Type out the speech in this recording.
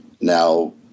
now